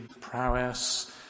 prowess